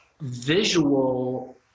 visual